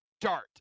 dart